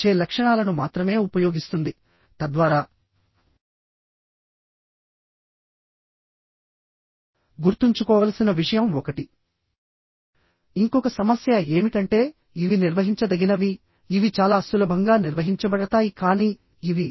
ఇక్కడ t అనేది plate యొక్క తీక్నెస్ dh అనేది ప్లేట్ యొక్క గ్రాస్ డయామీటర్ b అనేది ప్లేట్ విడ్త్ మరియు n లైన్ యొక్క నంబర్ ఆఫ్ బోల్డ్సు